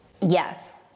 Yes